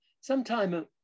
sometime